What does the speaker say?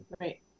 Right